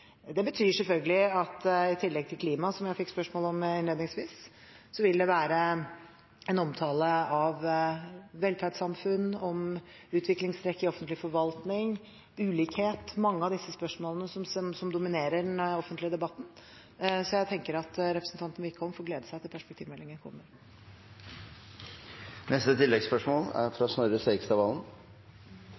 tillegg til klima, som jeg fikk spørsmål om innledningsvis, vil være en omtale av velferdssamfunn, av utviklingstrekk i offentlig forvaltning, ulikhet – mange av de spørsmålene som dominerer den offentlige debatten. Så jeg tenker at representanten Wickholm får glede seg til perspektivmeldingen kommer. Snorre Serigstad Valen – til oppfølgingsspørsmål. Finansministerens svar til representanten Wickholm bærer preg av noen som kanskje ikke er